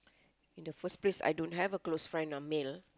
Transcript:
in the first place I don't have a close friend I'm male